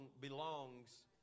belongs